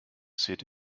sit